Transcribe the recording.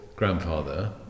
grandfather